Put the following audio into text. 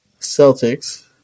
Celtics